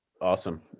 Awesome